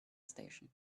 station